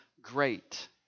great